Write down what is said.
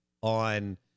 on